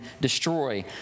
destroy